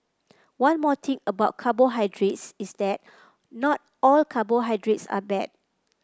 one more thing about carbohydrates is that not all carbohydrates are bad